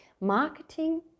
Marketing